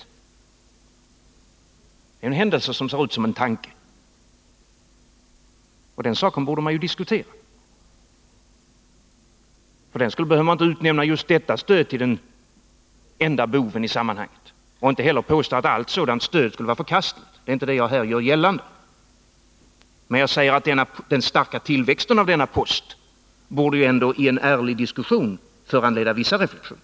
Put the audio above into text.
20 november 1980 Det är en händelse som ser ut som en tanke. Den-saken borde man diskutera. För den skull behöver vi inte utnämna just detta stöd till den enda boven i sammanhanget och inte heller påstå att allt sådant stöd skulle vara förkastligt. Det är inte detta jag här gör gällande, men jag säger att den starka tillväxten av denna post borde ändå i en ärlig diskussion föranleda vissa reflexioner.